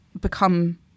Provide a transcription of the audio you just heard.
become